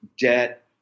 debt